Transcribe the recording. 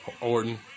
Orton